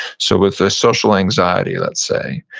so with the social anxiety, let's say,